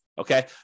Okay